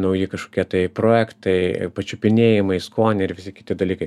nauji kažkokie tai projektai pačiupinėjimai skoniai ir visi kiti dalykai